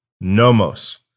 Nomos